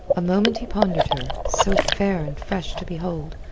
a moment he pondered her, so fair and fresh to behold,